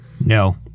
No